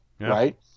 Right